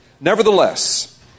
nevertheless